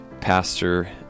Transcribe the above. Pastor